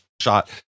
shot